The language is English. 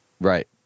Right